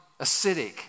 acidic